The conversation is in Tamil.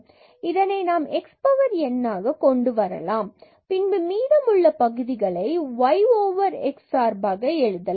எனவே இதனை நாம் x power n ஆக கொண்டுவரலாம் மற்றும் பின்பு மீதம் உள்ள பகுதிகளை நாம் yx சார்பாக எழுதலாம்